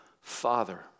Father